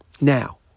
Now